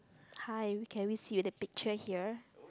hi we can we see the picture here